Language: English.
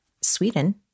Sweden